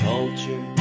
Culture